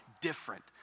different